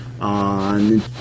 on